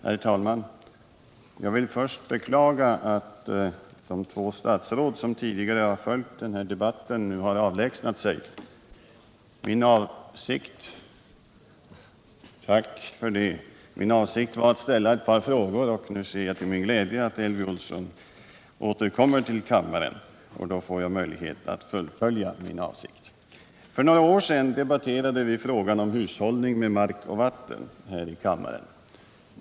Herr talman! Jag vill först beklaga att de två statsråd som tidigare har följt den här debatten nu har avlägsnat sig. Min avsikt var att ställa ett par frågor — och jag ser till min glädje att Elvy Olsson återkommer till kammaren. Då får jag möjlighet att fullfölja min avsikt. För några år sedan debatterade vi frågan om hushållning med mark och vatten här i kammaren.